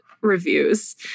reviews